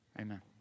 amen